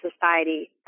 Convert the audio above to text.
society